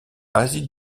asie